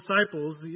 disciples